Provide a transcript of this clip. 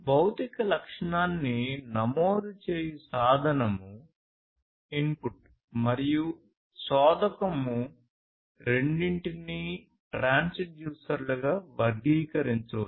భౌతిక లక్షణాన్ని నమోదు చేయు సాధనము వర్గీకరించవచ్చు